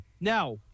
Now